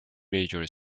major